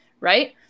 right